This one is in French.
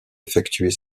effectuer